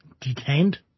Detained